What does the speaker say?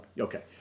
Okay